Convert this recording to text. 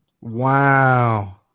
Wow